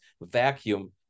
vacuum